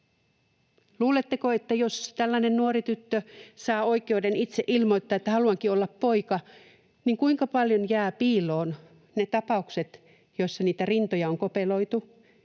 rintojansa? Jos tällainen nuori tyttö saa oikeuden itse ilmoittaa, että ”haluankin olla poika”, niin kuinka paljon jää piiloon niitä tapauksia, joissa niitä rintoja on kopeloitu,